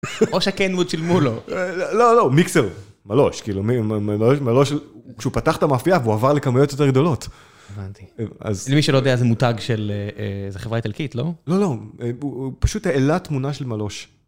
או שקיינווד שילמו לו. לא, לא, מיקסר, מלוש, כאילו, מלוש, כשהוא פתח את המאפייה והוא עבר לכמויות יותר גדולות. הבנתי. אז... למי שלא יודע, זה מותג של איזה חברה איטלקית, לא? לא, לא, הוא פשוט העלה תמונה של מלוש.